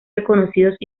reconocidos